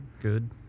Good